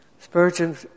Spurgeon